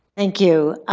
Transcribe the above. thank you.